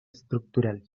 estructural